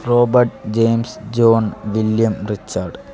robert james john william richard